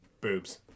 Boobs